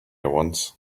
once